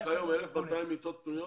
יש לך היום 1,200 מיטות פנויות?